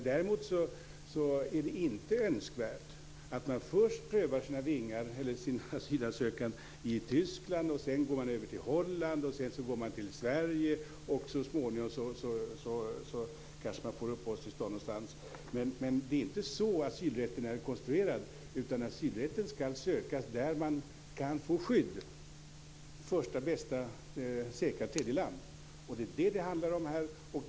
Däremot är det inte önskvärt att man först prövar sin asylansökan i Tyskland, sedan går man över till Holland, sedan går man till Sverige och så småningom kanske man får uppehållstillstånd någonstans. Det är inte så asylrätten är konstruerad. Asylrätten skall sökas där man kan få skydd, första bästa säkra tredje land. Det är detta det handlar om här.